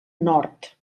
nord